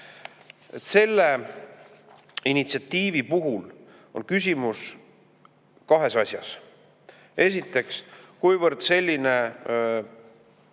Selle initsiatiivi puhul on küsimus kahes asjas: esiteks, kuivõrd on selline